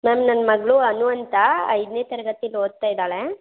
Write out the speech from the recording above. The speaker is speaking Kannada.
ಮ್ಯಾಮ್ ನನ್ನ ಮಗಳು ಅನು ಅಂತ ಐದನೇ ತರಗತೀಲಿ ಓದ್ತಾ ಇದ್ದಾಳೆ